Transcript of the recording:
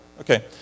Okay